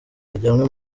bajyanwe